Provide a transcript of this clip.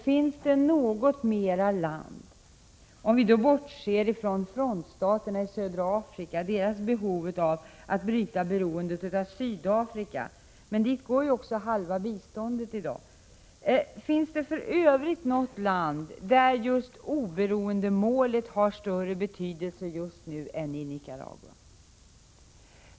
Finns det något annat land, om vi bortser från frontstaterna i södra Afrika och deras behov av att bryta beroendet av Sydafrika — till dessa länder går halva vårt bistånd i dag —, där oberoendemålet just nu har större betydelse än i Nicaragua?